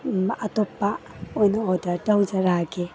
ꯑꯇꯣꯞꯄ ꯑꯣꯏꯅ ꯑꯣꯗꯔ ꯇꯧꯖꯔꯛꯑꯒꯦ